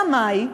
אלא מאי?